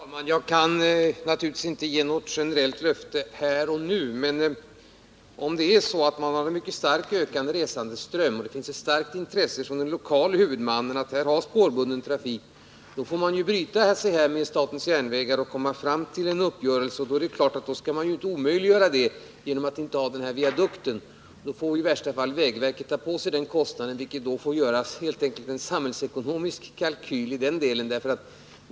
Herr talman! Jag kan naturligtvis inte ge något generellt löfte här och nu. Men om man har en mycket starkt ökande resandeström och det finns ett starkt intresse från den lokale huvudmannen att här ha spårbunden trafik, får man bryta med statens järnvägar och försöka komma fram till en uppgörelse. Det är klart att man inte skall omöjliggöra detta genom att inte ha denna viadukt. I värsta fall får vägverket ta på sig den kostnaden. Det får i denna del helt enkelt göras en samhällsekonomisk kalkyl.